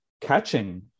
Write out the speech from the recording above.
catching